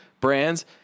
brands